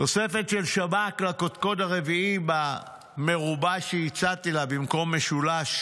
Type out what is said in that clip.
תוספת של שב"כ לקודקוד הרביעי במרובע שהצעתי לה במקום משולש,